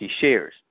shares